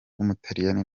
w’umutaliyani